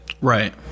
Right